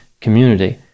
community